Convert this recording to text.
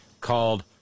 called